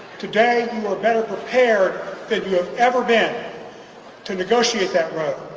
today you are better prepared that you have ever been to negotiate that road,